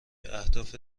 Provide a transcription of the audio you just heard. اهداف